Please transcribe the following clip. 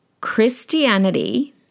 Christianity